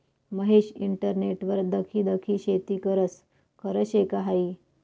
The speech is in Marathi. महेश इंटरनेटवर दखी दखी शेती करस? खरं शे का हायी